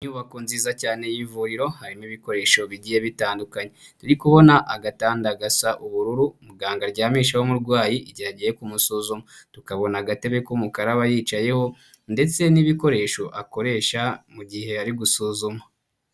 Inyubako nziza cyane y'ivuriro, harimo ibikoresho bigiye bitandukanye. Turi kubona agatanda gasa ubururu muganga aryamishaho umurwayi igihe agiye kumusuzuma. Tukabona agatebe k'umukaraba aba yicayeho ndetse n'ibikoresho akoresha mu gihe ari gusuzuma.